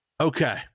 Okay